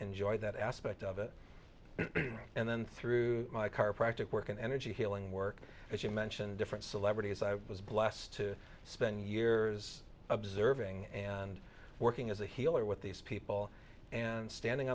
enjoyed that aspect of it and then through my car practic work and energy healing work as you mentioned different celebrities i was blessed to spend years observing and working as a healer with these people and standing